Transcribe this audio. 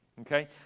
okay